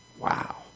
Wow